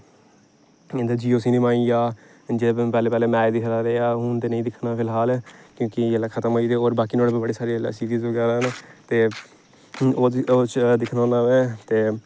Jio cinema आई गेआ जंदू में पैहलें पैहलें मैच दिखदा ते हून ते नेई दिक्खना फिलहाल क्योकि एह इसलै खत्म होई गेदे बाकी नुआढ़े कोल बड़ी सारी ऐसी चीजां ना ते ओह ज्यादा दिक्खना होन्ना में ते